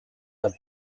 dal